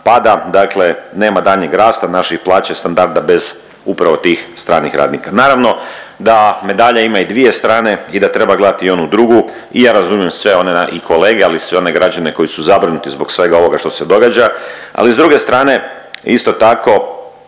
pada, dakle nema daljnjeg rasta naših plaća i standarda bez upravo tih stranih radnika. Naravno da medalja ima i dvije strane i da treba gledati i onu drugu i ja razumijem sve one i kolege ali i sve one građane koji su zabrinuti zbog svega ovoga što se događa, ali s druge strane isto tako